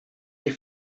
que